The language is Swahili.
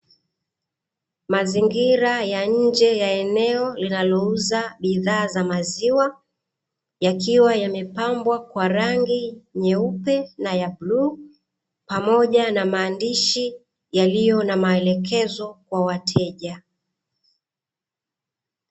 Mazingara ya nje ya eneo linalouza bidhaa za maziwa, yakiwa yamepambwa kwa rangi nyeupe na ya bluu, pamoja na maandishi yaliyo na maelekezo kwa wateja.